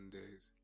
days